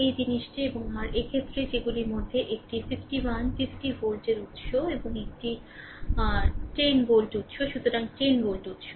এই জিনিসটি এবং r এক্ষেত্রে যেগুলির মধ্যে একটি 51 50 ভোল্ট উত্স এবং একটি আর 10 ভোল্ট উৎস সুতরাং 10 ভোল্ট উৎস